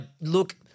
look